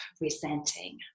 resenting